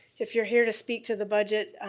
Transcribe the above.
if you're here to speak to the budget,